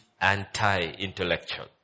anti-intellectual